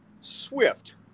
swift